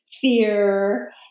fear